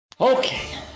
Okay